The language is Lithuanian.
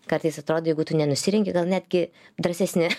kartais atrodo jeigu tu nenusirengi gal netgi drąsesni